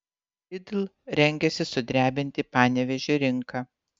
lidl rengiasi sudrebinti panevėžio rinką